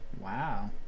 Wow